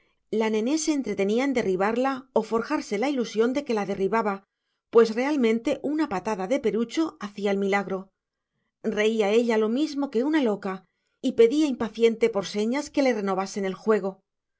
la nené se entretenía en derribarla o forjarse la ilusión de que la derribaba pues realmente una patada de perucho hacía el milagro reía ella lo mismo que una loca y pedía impaciente por señas que le renovasen el juego